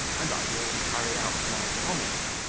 and i will carry out my promise.